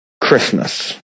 Christmas